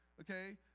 okay